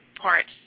parts